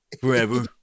forever